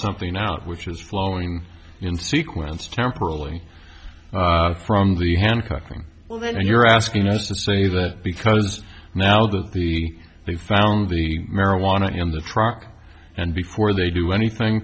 something out which is flowing in sequence temporally from the handcuffing well then you're asking us to say that because now that the they found the marijuana in the truck and before they do anything